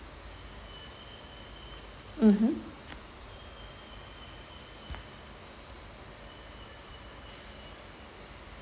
mmhmm